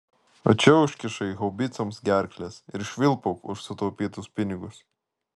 o čia užkišai haubicoms gerkles ir švilpauk už sutaupytus pinigus